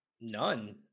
None